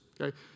okay